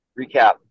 recap